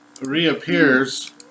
reappears